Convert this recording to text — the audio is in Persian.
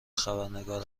خبرنگار